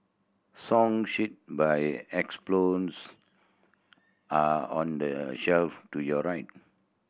song sheet by are on the shelf to your right